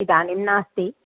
इदानीं नास्ति